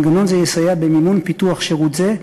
מנגנון זה יסייע במימון פיתוח שירות זה.